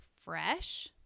fresh